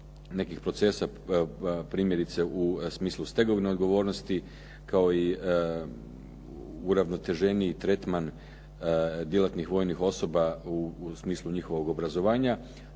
nekih procesa primjerice u smislu stegovne odgovornosti kao i uravnoteženiji tretman djelatnih vojnih osoba u smislu njihovog obrazovanja